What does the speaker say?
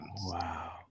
Wow